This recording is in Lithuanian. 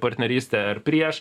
partnerystę ar prieš